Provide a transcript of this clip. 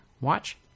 watch